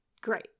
great